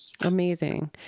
Amazing